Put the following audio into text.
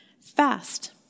Fast